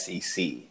SEC